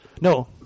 No